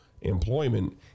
employment